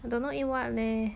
I don't know eat what leh